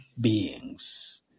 beings